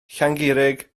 llangurig